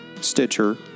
Stitcher